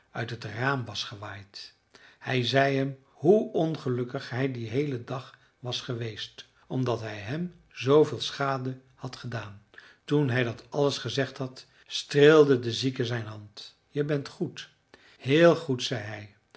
uit het raam was gewaaid hij zei hem hoe ongelukkig hij dien heelen dag was geweest omdat hij hem zooveel schade had gedaan toen hij dat alles gezegd had streelde de zieke zijn hand je bent goed heel goed zei